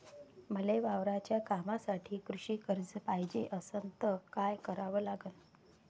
मले वावराच्या कामासाठी कृषी कर्ज पायजे असनं त काय कराव लागन?